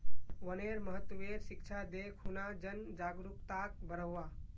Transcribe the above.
वनेर महत्वेर शिक्षा दे खूना जन जागरूकताक बढ़व्वा